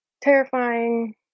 terrifying